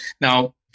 Now